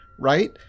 Right